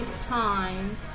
time